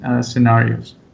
scenarios